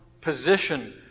position